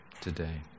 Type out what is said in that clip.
today